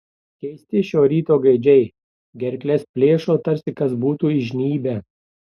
keisti šio ryto gaidžiai gerkles plėšo tarsi kas būtų įžnybę